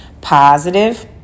Positive